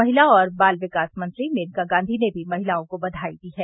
महिला और बाल विकास मंत्री मेनका गांधी ने भी महिलाओं को बधाई दी है